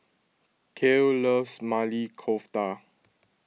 Kael loves Maili Kofta